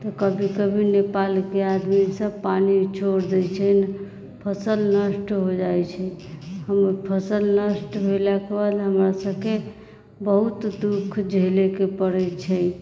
तऽ कभी कभी नेपालके आदमीसभ पानि छोड़ि दैत छै फसल नष्ट हो जाइत छै ओ फसल नष्ट भेलाके बाद हमरासभके बहुत दुःख झेलैके पड़ैत छै